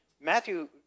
Matthew